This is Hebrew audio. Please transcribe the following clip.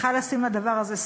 צריכה לשים לדבר הזה סוף.